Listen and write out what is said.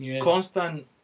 constant